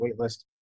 waitlist